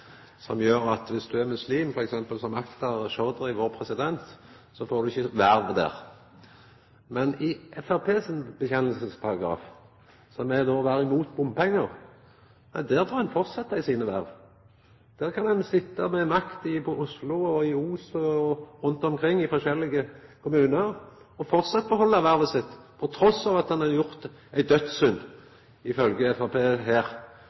som gjer at viss ein er muslim, som f.eks. Akhtar Chaudhry, presidenten vår, får ein ikkje verv der. Men i Framstegspartiets bekjennelsesparagraf, som er å vera imot bompengar, får ein fortsetja i verva sine. Der kan ein sitja med makt i Oslo og i Os og rundt omkring i forskjellige kommunar og framleis behalda vervet sitt, trass i at ein har gjort ei dødssynd – ifølgje Framstegspartiet her